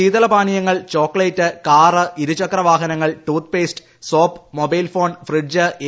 ശീതളപാനീയങ്ങൾ chocolate car ഇരുചക്രവാഹനങ്ങൾ toothpaste soap mobile phone fridge A